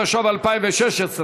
התשע"ו 2016,